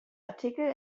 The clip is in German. artikel